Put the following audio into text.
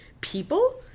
people